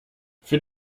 für